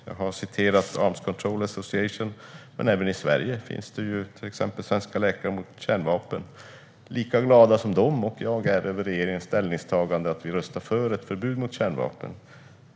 Jag har citerat Arms Control Association, och även i Sverige finns till exempel Svenska Läkare mot Kärnvapen. De och jag ställer oss lika frågande till detta beslut som vi är glada över regeringens ställningstagande att vi röstar för ett förbud mot kärnvapen.